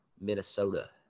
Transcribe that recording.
Minnesota